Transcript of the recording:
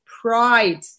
pride